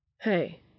Hey